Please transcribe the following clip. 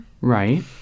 Right